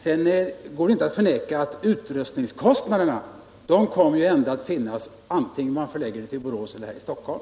Det går, till sist, inte att förneka att utrustningskostnaderna kommer att finnas antingen man förlägger hela verksamheten till Borås eller till Stockholm.